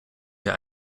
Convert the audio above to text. wir